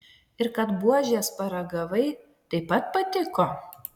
ir kad buožės paragavai taip pat patiko